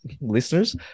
listeners